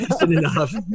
enough